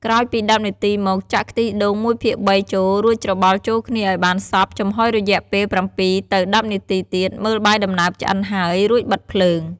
ក្រោយពី១០នាទីមក ចាក់ខ្ទិះដូង១ភាគ៣ ចូល រួចច្របល់ចូលគ្នាឱ្យបានសព្វ ចំហុយរយៈពេល ៧ទៅ១០នាទីទៀត មើលបាយដំណើបឆ្អិនហើយ រួចបិទភ្លើង។